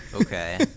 Okay